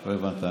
לא הבנת.